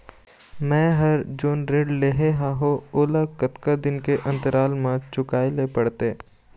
मैं हर जोन ऋण लेहे हाओ ओला कतका दिन के अंतराल मा चुकाए ले पड़ते?